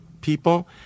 people